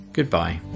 Goodbye